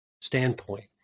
standpoint